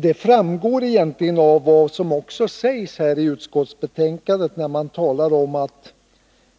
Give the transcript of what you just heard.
Det framgår egentligen av vad som också sägs i utskottsbetänkandet, när man talar om att